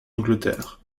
angleterre